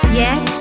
yes